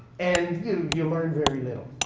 and you you learn very little.